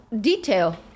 detail